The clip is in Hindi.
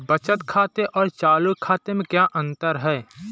बचत खाते और चालू खाते में क्या अंतर है?